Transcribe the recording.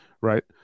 Right